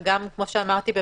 וכפי שאמרתי,